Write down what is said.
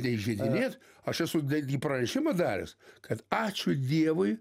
neįžeidinėt aš esu netgi pranešimą daręs kad ačiū dievui